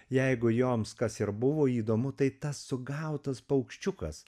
jeigu joms kas ir buvo įdomu tai tas sugautas paukščiukas